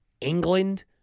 England